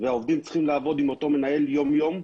והעובדים צריכים לעבוד עם אותו מנהל יום יום.